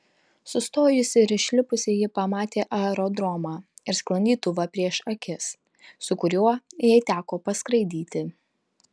sustojusi ir išlipusi ji pamatė aerodromą ir sklandytuvą prieš akis su kuriuo jai teko paskraidyti